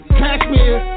cashmere